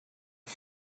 its